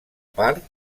part